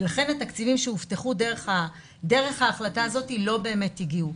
ולכן התקציבים שהובטחו דרך ההחלטה הזאת לא באמת הגיעו.